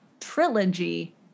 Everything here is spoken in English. trilogy